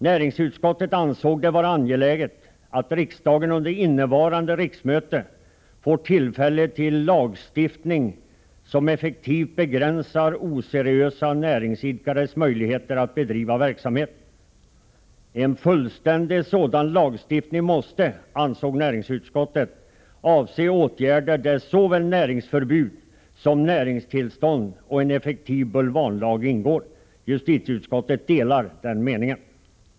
Näringsutskottet ansåg det vara angeläget att riksdagen under innevarande riksmöte får tillfälle till lagstiftning som effektivt begränsar oseriösa näringsidkares möjligheter att bedriva verksamhet. En fullständig sådan lagstiftning måste, ansåg näringsutskottet, avse åtgärder där såväl näringsförbud som näringstillstånd och en effektiv bulvanlag ingår. Justitieutskottet delar den meningen.